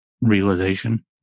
realization